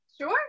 sure